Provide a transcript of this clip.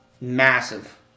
massive